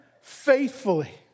faithfully